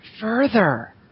further